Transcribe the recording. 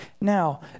Now